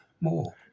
more